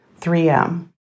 3M